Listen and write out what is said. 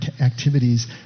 activities